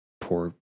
poor